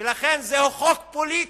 ולכן, זהו חוק פוליטי,